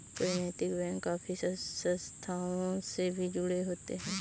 कई नैतिक बैंक काफी संस्थाओं से भी जुड़े होते हैं